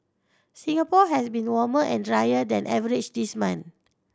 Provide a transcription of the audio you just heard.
Singapore has been warmer and drier than average this month